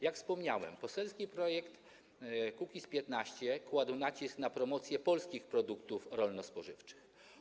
Jak wspomniałem, poselski projekt Kukiz’15 kładł nacisk na promocję polskich produktów rolno-spożywczych.